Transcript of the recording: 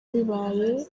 bibaye